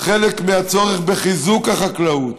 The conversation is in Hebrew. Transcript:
חלק מהצורך בחיזוק החקלאות.